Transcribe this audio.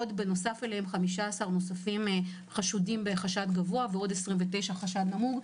עוד נוסף אליהם 15 חשודים בחשד גבוה ועוד 29 בחשד נמוך,